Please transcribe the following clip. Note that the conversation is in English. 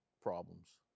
problems